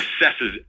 assesses